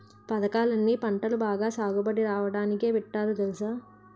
పదకాలన్నీ పంటలు బాగా సాగుబడి రాడానికే పెట్టారు తెలుసా?